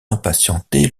impatienté